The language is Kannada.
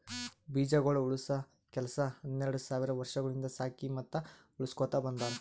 ಬೀಜಗೊಳ್ ಉಳುಸ ಕೆಲಸ ಹನೆರಡ್ ಸಾವಿರ್ ವರ್ಷಗೊಳಿಂದ್ ಸಾಕಿ ಮತ್ತ ಉಳುಸಕೊತ್ ಬಂದಾರ್